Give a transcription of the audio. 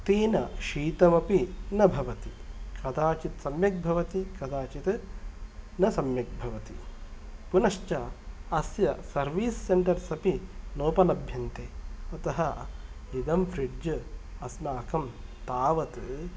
तेन शीतमपि न भवति कदाचित् सम्यक् भवति कदाचित् न सम्यक् भवति पुनश्च अस्य सर्वीस् सेन्टर्स् अपि नोपलभ्यन्ते अतः इदं फ्रिड्ज् अस्माकं तावत्